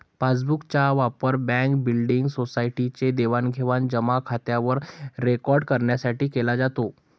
passbook चा वापर bank, building, society चे देवाणघेवाण जमा खात्यावर रेकॉर्ड करण्यासाठी केला जातो